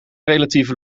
relatieve